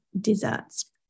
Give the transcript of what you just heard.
desserts